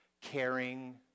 caring